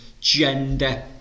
gender